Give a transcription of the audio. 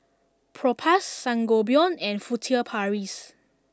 Propass Sangobion and Furtere Paris